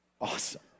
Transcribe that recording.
Awesome